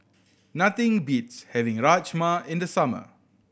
nothing beats having Rajma in the summer